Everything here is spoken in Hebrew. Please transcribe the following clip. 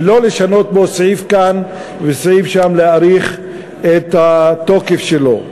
ולא לשנות בו סעיף כאן וסעיף שם ולהאריך את התוקף שלו.